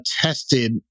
tested